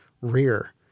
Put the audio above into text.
rear